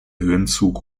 höhenzug